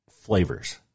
flavors